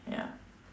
ya